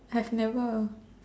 has never